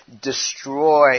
destroy